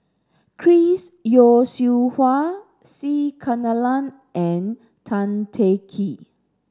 Chris Yeo Siew Hua C Kunalan and Tan Teng Kee